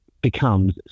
becomes